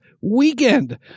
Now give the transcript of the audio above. weekend